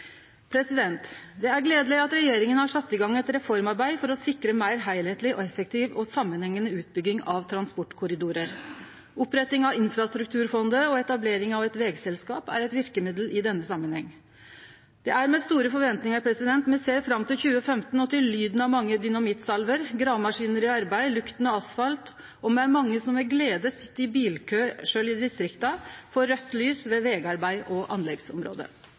Det er gledeleg at regjeringa har sett i gong eit reformarbeid for å sikre meir heilskapleg, effektiv og samanhengande utbygging av transportkorridorar. Oppretting av infrastrukturfondet og etablering av eit vegselskap er eit verkemiddel i denne samanhengen. Det er med store forventningar me ser fram til 2015 og til lyden av mange dynamittsalver, gravemaskinar i arbeid og lukta av asfalt. Me er mange som med glede sit i bilkø – sjølv i distrikta – for raudt lys ved vegarbeid og anleggsområde.